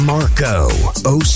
Marco